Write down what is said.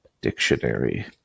dictionary